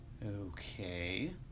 Okay